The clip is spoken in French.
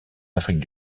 afrique